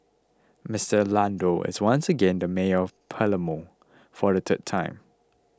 Mister Orlando is once again the mayor of Palermo for the third time